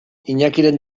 iñakiren